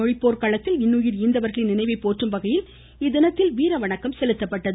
மொழிப்போர் களத்தில் இன்னுயிர் ஈந்தவர்களின் நினைவை போற்றும் வகையில் இத்தினத்தில் வீர வணக்கம் செலுத்தப்பட்டது